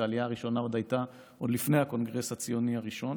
העלייה הראשונה הייתה עוד לפני הקונגרס הציוני הראשון,